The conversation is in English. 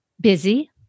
Busy